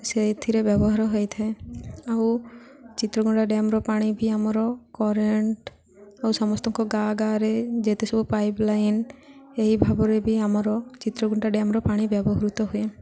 ସେଇଥିରେ ବ୍ୟବହାର ହୋଇଥାଏ ଆଉ ଚିତ୍ରକୁଣ୍ଡା ଡ୍ୟାମ୍ର ପାଣି ବି ଆମର କରେଣ୍ଟ୍ ଆଉ ସମସ୍ତ ଙ୍କ ଗାଁ ଗାଁରେ ଯେତେ ସବୁ ପାଇପ୍ଲାଇନ୍ ଏହି ଭାବରେ ବି ଆମର ଚିତ୍ରକୁଣ୍ଡା ଡ୍ୟାମ୍ର ପାଣି ବ୍ୟବହୃତ ହୁଏ